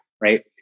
right